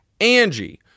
Angie